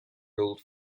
ruled